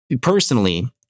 personally